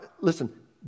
Listen